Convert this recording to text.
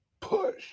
Push